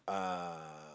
uh